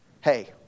Hey